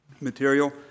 material